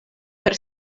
per